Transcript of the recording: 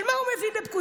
אבל מה הוא מבין בפקודות?